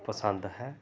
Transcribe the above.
ਪਸੰਦ ਹੈ